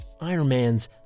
Ironmans